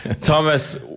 Thomas